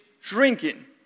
shrinking